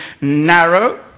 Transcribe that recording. narrow